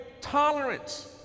tolerance